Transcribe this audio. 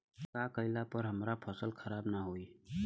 का कइला पर हमार फसल खराब ना होयी?